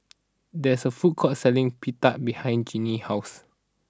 there is a food court selling Pita behind Ginny's house